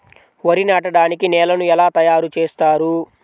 వరి నాటడానికి నేలను ఎలా తయారు చేస్తారు?